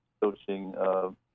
coaching